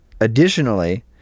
additionally